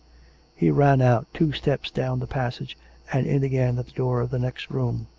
he ran out, two steps down the passage and in again at the door of the next room.